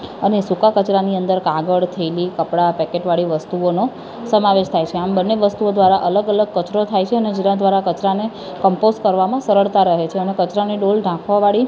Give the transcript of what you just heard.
અને સૂકા કચરાની અંદર કાગળ થેલી કપડાં પૅકેટવાળી વસ્તુઓનો સમાવેશ થાય છે આમ બંને વસ્તુઓ દ્વારા અલગ અલગ કચરો થાય છે અને જેના દ્વારા કચરાને કંપોઝ કરવામાં સરળતા રહે છે અને કચરાની ડોલ ઢાંકવાવાળી